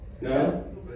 No